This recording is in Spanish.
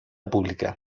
pública